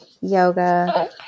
yoga